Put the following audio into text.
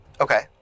okay